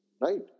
right